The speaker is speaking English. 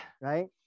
right